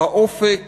האופק